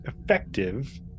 effective